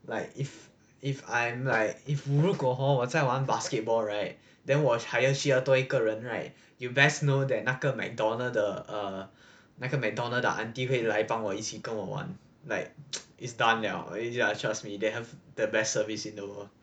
like if if I am like if 如果 hor 我在玩 basketball right then 我还需要多一个人 right you best know that 那个 macdonald the 那个 mcdonald 的 aunty 会来帮我一起玩 like is done 了 ya trust me they have the best service in the world